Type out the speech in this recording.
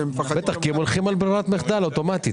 כי הם הולכים על ברירת מחדל אוטומטית,